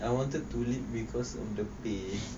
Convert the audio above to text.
I wanted to lead because of the pay